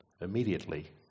Immediately